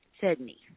Sydney